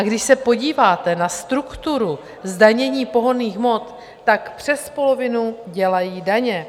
Když se podíváte na strukturu zdanění pohonných hmot, přes polovinu dělají daně.